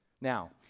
Now